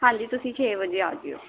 ਹਾਂਜੀ ਤੁਸੀਂ ਛੇ ਵਜੇ ਆ ਜਾਇਓ